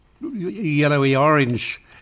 yellowy-orange